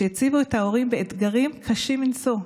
שהציבו את ההורים באתגרים קשים מנשוא.